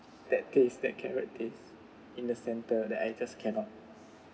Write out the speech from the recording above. that taste that carrot taste in the centre that I just cannot